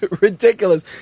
ridiculous